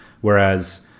whereas